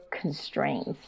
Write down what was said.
constraints